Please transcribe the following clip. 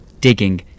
digging